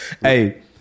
Hey